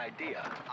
idea